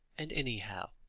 and anyhow,